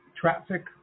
traffic